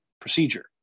procedure